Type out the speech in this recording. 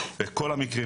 ובכל המקרים,